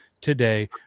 today